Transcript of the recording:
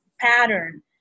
pattern